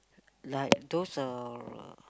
like those uh